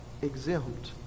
exempt